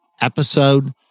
episode